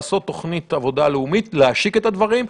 לעשות תוכנית עבודה לאומית, להשיק את הדברים.